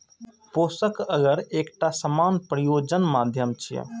पोषक अगर एकटा सामान्य प्रयोजन माध्यम छियै